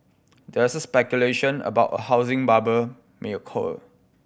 there is speculation about a housing bubble may occur